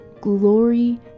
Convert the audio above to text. glory